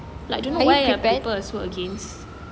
like I don't know why are people are so against